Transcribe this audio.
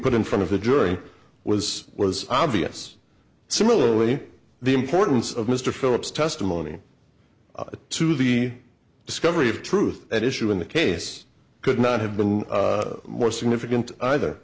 put in front of the jury was was obvious similarly the importance of mr phillips testimony to the discovery of truth at issue in the case could not have been more significant either